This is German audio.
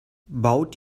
baut